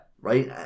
Right